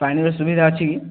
ପାଣିର ସୁବିଧା ଅଛି କି